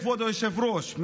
כבוד היושב-ראש,